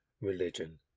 religion